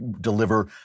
deliver